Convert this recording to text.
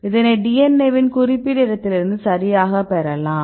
இதனை DNA வின் குறிப்பிட்ட இடத்திலிருந்து சரியாக பெறலாம்